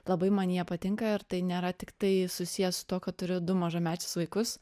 labai man jie patinka ir tai nėra tiktai susiję su tuo kad turiu du mažamečius vaikus